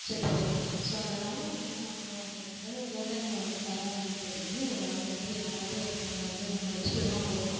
செத்துப் போய்விடும் ஸோ அதனால் வன் என்னாகணும் அப்படினாக்கா அந்த தோட்டங்களை வந்து பராமரிக்கிறதுக்குன்னு ஒரு ஆள் வந்து யாராவது ஒருத்தவுங்களை வந்து நம்ம வச்சிட்டு தான் போகணும்